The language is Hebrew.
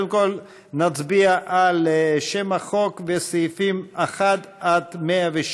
קודם כול אנחנו נצביע על שם החוק וסעיפים 1 106,